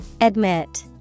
Admit